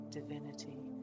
divinity